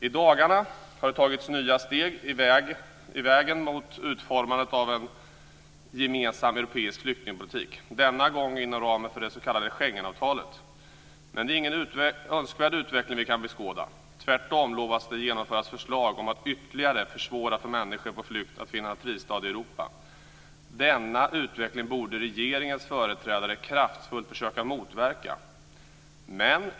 I dagarna har det tagits nya steg på vägen mot utformandet av en gemensam europeisk flyktingpolitik, denna gång inom ramen för det s.k. Schengenavtalet. Men det är ingen önskvärd utveckling vi kan beskåda. Tvärtom utlovas att man ska genomföra förslag för att ytterligare försvåra för människor på flykt att finna en fristad i Europa. Denna utveckling borde regeringens företrädare kraftfullt försöka motverka.